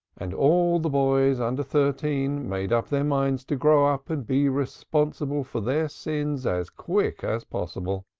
and all the boys under thirteen made up their minds to grow up and be responsible for their sins as quick as possible.